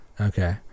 Okay